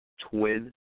Twin